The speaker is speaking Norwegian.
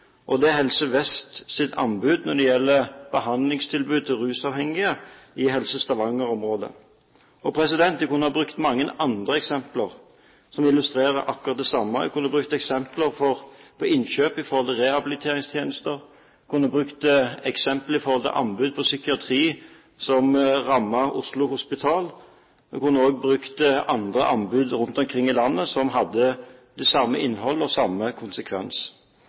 og det er Helse Vests anbud når det gjelder behandlingstilbud til rusavhengige i Helse Stavanger-området. Jeg kunne også ha brukt mange andre eksempel som illustrerer akkurat det samme. Jeg kunne ha brukt som eksempel innkjøp av rehabiliteringstjenester. Jeg kunne ha brukt som eksempel anbud på psykiatri som rammer Oslo Hospital, og jeg kunne også ha brukt som eksempel andre anbud rundt omkring i landet, som hadde det samme innhold og samme